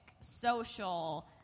social